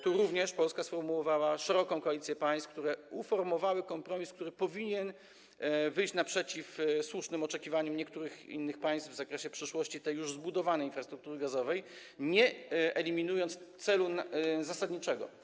Tu również Polska utworzyła szeroką koalicję państw, które sformułowały kompromis, który powinien wyjść naprzeciw słusznym oczekiwaniom niektórych innych państw w zakresie przyszłości tej już zbudowanej infrastruktury gazowej, nie eliminując celu zasadniczego.